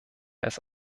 als